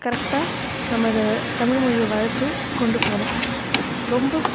கரெக்டாக நம்ம அதை தமிழ்மொழியை வளர்த்து கொண்டு போகணும் ரொம்ப